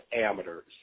amateurs